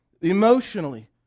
emotionally